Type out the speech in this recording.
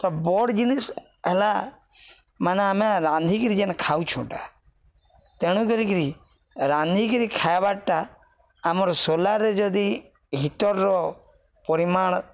ତ ବଡ଼୍ ଜିନିଷ ହେଲା ମାନେ ଆମେ ରାନ୍ଧିକିରି ଯେନ୍ ଖାଉଛୁଁଟା ତେଣୁ କରିକିରି ରାନ୍ଧିକିରି ଖାଇବାର୍ଟା ଆମର ସୋଲାରରେ ଯଦି ହିଟରର ପରିମାଣ